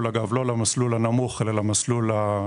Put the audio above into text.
אגב לא למסלול הנמוך אלא למסלול הבינוני,